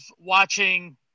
watching